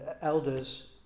elders